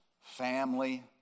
family